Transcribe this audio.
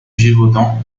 gévaudan